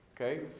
Okay